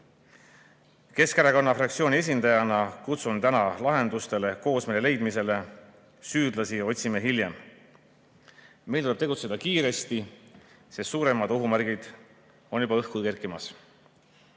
Keskerakonna fraktsiooni esindajana kutsun täna lahendustele, koosmeele leidmisele. Süüdlasi otsime hiljem. Meil tuleb tegutseda kiiresti, sest suuremad ohumärgid on juba õhku kerkimas.